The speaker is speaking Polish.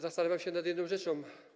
Zastanawiam się nad jedną rzeczą.